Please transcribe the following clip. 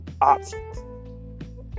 options